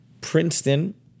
Princeton